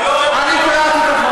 לא קראת.